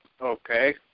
Okay